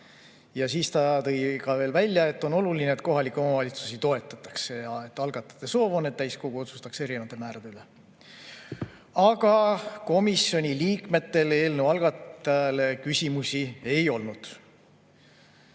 Siis ta tõi veel välja, et on oluline, et kohalikke omavalitsusi toetatakse, ja algatajate soov on, et täiskogu otsustaks erinevate määrade üle. Komisjoni liikmetel eelnõu algatajate [esindajale] küsimusi ei olnud.